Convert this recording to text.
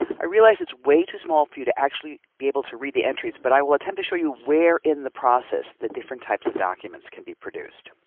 i realize it's way too small for you to actually be able to read the entries, but i will attempt to show you where in the process the different types of documents can be produced.